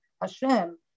Hashem